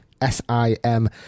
S-I-M